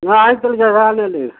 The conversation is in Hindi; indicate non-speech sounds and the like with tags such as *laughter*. *unintelligible*